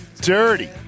dirty